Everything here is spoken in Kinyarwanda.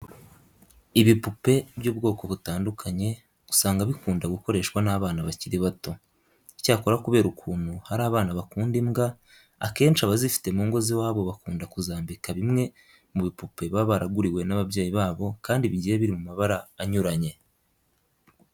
Ibipupe by'ubwoko butandukanye usanga bikunda gukoreshwa n'abana bakiri bato. Icyakora kubera ukuntu hari abana bakunda imbwa, akenshi abazifite mu ngo z'iwabo bakunda kuzambika bimwe mu bipupe baba baraguriwe n'ababyeyi babo kandi bigiye biri mu mabara anyuranye.